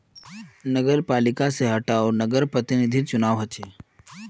नगरपालिका से हर टा वार्डर प्रतिनिधिर चुनाव होचे